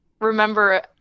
remember